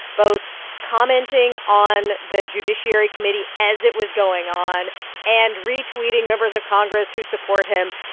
both commenting on the judiciary committee as it was going on and retweeting members of congress who support him.